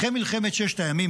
אחרי מלחמת ששת הימים,